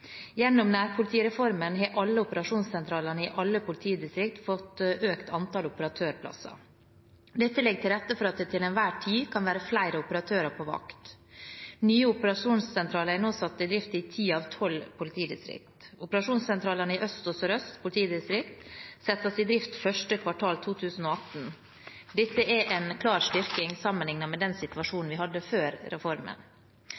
Gjennom nærpolitireformen har alle operasjonssentralene i alle politidistrikt fått økt antall operatørplasser. Dette legger til rette for at det til enhver tid kan være flere operatører på vakt. Nye operasjonssentraler er nå satt i drift i ti av tolv politidistrikt. Operasjonssentralene i Øst og Sør-Øst politidistrikt settes i drift 1. kvartal 2018. Dette er en klar styrking sammenlignet med den